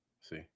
See